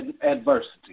adversity